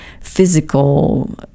physical